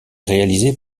réalisé